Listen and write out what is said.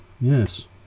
yes